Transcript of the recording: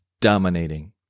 dominating